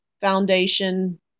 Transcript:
foundation